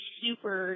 super